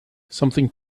something